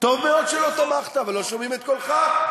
טוב מאוד שלא תמכת, אבל לא שומעים את קולך.